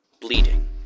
bleeding